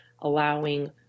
allowing